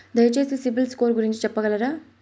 దయచేసి సిబిల్ స్కోర్ గురించి చెప్పగలరా?